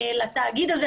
לתאגיד הזה,